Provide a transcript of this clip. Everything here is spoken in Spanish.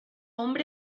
hombre